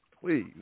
please